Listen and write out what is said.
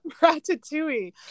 Ratatouille